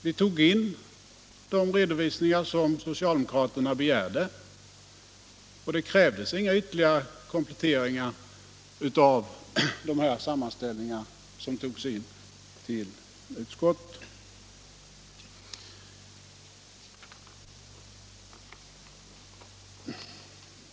Vi tog in de redovisningar som socialdemokraterna begärde, och det krävdes inga ytterliga kompletteringar av de här sammanställningarna som togs in till utskottet.